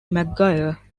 mcguire